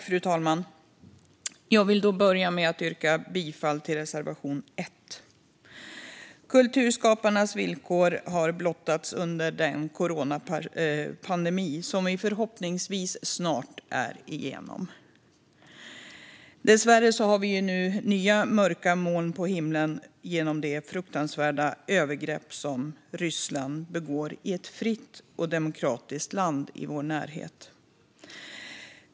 Fru talman! Jag vill börja med att yrka bifall till reservation 1. Kulturskaparnas villkor har blottats under den coronapandemi som vi förhoppningsvis snart är igenom. Dessvärre har vi nu nya mörka moln på himlen genom det fruktansvärda övergrepp som Ryssland begår i ett fritt och demokratiskt land i vår närhet.